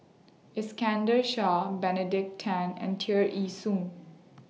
Iskandar Shah Benedict Tan and Tear Ee Soon